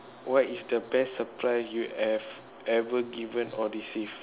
what is the best surprise you have ever given or received